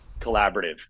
collaborative